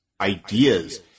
ideas